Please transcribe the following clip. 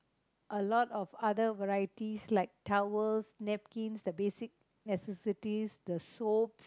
a lot of other varieties like towels napkins the basic necessities the soap